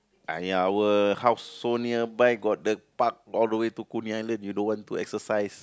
!aiya! our house so nearby got the park all the way to Coney-Island you don't want to exercise